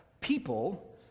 people